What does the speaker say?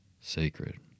Sacred